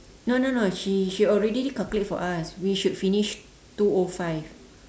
no no no she she already calculate for us we should finish two O five